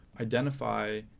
identify